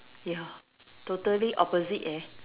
ya totally opposite eh